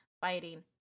fighting